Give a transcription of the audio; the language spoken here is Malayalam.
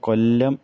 കൊല്ലം